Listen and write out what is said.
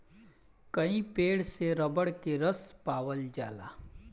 कई पेड़ से रबर के रस पावल जाला